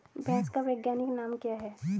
भैंस का वैज्ञानिक नाम क्या है?